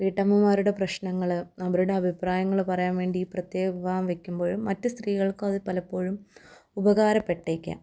വീട്ടമ്മമാരുടെ പ്രശ്നങ്ങൾ അവരുടെ അഭിപ്രായങ്ങൾ പറയുക വേണ്ടി പ്രത്യേക വിഭാഗം വെക്കുമ്പോഴും മറ്റ് സ്ത്രീകൾക്ക് അതു പലപ്പോഴും ഉപകാരപ്പെട്ടേക്കാം